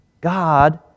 God